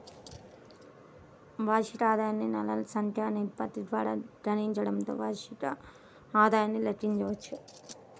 వార్షిక ఆదాయాన్ని నెలల సంఖ్య నిష్పత్తి ద్వారా గుణించడంతో వార్షిక ఆదాయాన్ని లెక్కించవచ్చు